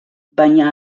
baina